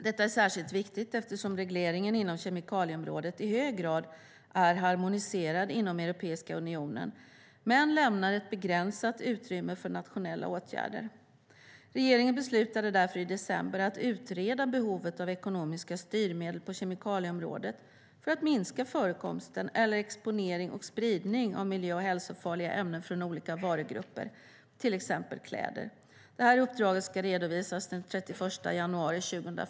Detta är särskilt viktigt eftersom regleringen inom kemikalieområdet i hög grad är harmoniserad inom Europeiska unionen men lämnar ett begränsat utrymme för nationella åtgärder. Regeringen beslutade därför i december att utreda behovet av ekonomiska styrmedel på kemikalieområdet för att minska förekomsten eller exponering och spridning av miljö och hälsofarliga ämnen från olika varugrupper, till exempel kläder. Uppdraget ska redovisas den 31 januari 2015.